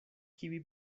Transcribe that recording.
kiuj